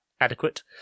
adequate